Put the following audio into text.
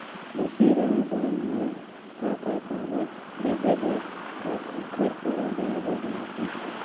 कृषि ऋण बर मोला का का कागजात देहे बर, अऊ काखर करा जाए बर लागही?